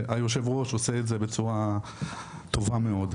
והיושב ראש עושה זאת בצורה טובה מאוד.